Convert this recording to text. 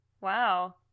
Wow